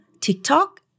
TikTok